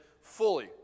fully